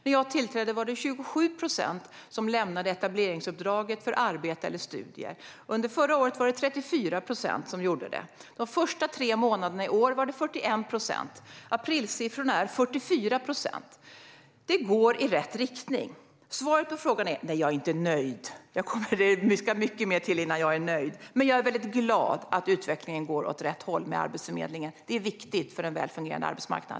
När jag tillträdde var det 27 procent som lämnade etableringsuppdraget för arbete eller studier. Under förra året var det 34 procent som gjorde det. De första tre månaderna i år var det 41 procent, och aprilsiffran är 44 procent. Det går i rätt riktning. Svaret på frågan är: Nej, jag är inte nöjd. Det ska mycket mer till innan jag är nöjd. Men jag är väldigt glad att utvecklingen går åt rätt håll med Arbetsförmedlingen. Det är viktigt för en väl fungerande arbetsmarknad.